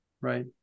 right